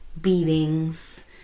beatings